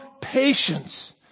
patience